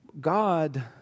God